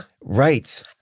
Right